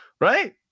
Right